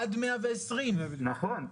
עד 120. נכון,